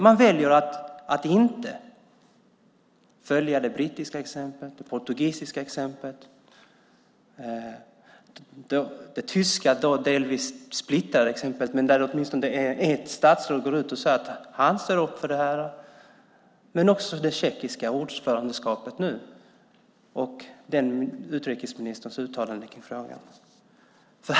Man väljer att inte följa det brittiska exemplet, det portugisiska exemplet och det tyska, delvis splittrade, exemplet. Men åtminstone ett statsråd gick ut och sade att han ställer upp för det här. Det gör också det tjeckiska ordförandeskapet nu i och med den utrikesministerns uttalande i frågan.